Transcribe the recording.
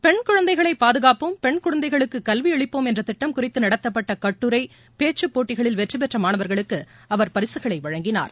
பெண் குழந்தைகளை பாதுகாப்போம் பெண் குழந்தைகளுக்கு கல்வியளிப்போம் என்ற திட்டம் குறித்து நடத்தப்பட்ட கட்டுரை பேச்சு போட்டிகளில் வெற்றி பெற்ற மாணவர்களுக்கு அவர் பரிசுகளை வழங்கினார்